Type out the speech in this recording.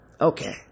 Okay